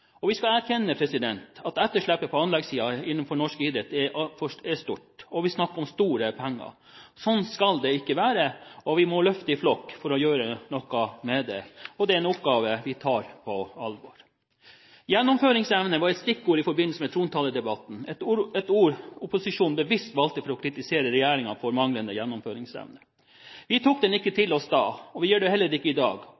aktivitet. Vi skal erkjenne at etterslepet på anleggssiden innenfor norsk idrett er stort, og vi snakker om store penger. Sånn skal det ikke være. Vi må løfte i flokk for å gjøre noe med det. Det er en oppgave vi tar på alvor. «Gjennomføringsevne» var et stikkord i forbindelse med trontaledebatten, et ord opposisjonen bevisst valgte for å kritisere regjeringen for manglende gjennomføringsevne. Vi tok det ikke